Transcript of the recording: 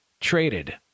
traded